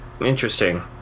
Interesting